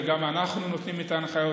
ואנחנו גם נותנים את ההנחיות,